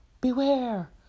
Beware